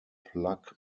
plug